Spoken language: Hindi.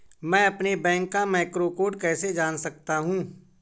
मैं अपने बैंक का मैक्रो कोड कैसे जान सकता हूँ?